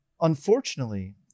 unfortunately